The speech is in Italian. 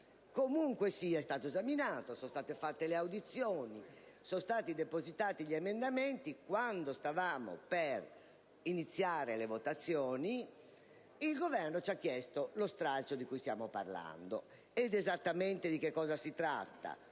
Comunque sia, è stato esaminato, sono state svolte le audizioni e depositati gli emendamenti; quando però stavamo per iniziare le votazioni, il Governo ci ha chiesto lo stralcio di cui stiamo parlando. Esattamente di cosa si tratta?